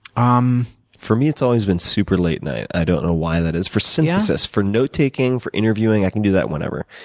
um for me, it's always been super late night. i don't know why that is for synthesis. for note-taking, for interviewing, i can do that whenever.